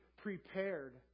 Prepared